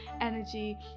energy